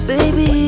Baby